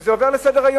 ועל זה עוברים לסדר-היום,